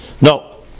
no